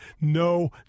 no